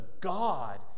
God